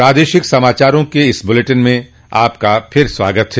प्रादेशिक समाचारों के इस बुलेटिन में आपका फिर से स्वागत है